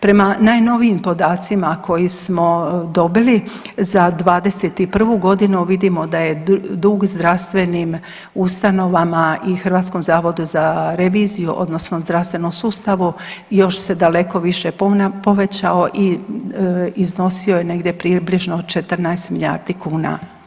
Prema najnovijim podacima koje smo dobili za 2021. godinu vidimo da je dug zdravstvenim ustanovama i Hrvatskom zavodu za reviziju, odnosno zdravstvenom sustavu još se daleko više povećao i iznosio je negdje približno 14 milijardi kuna.